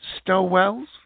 Stowell's